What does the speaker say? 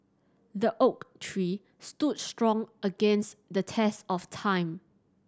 the oak tree stood strong against the test of time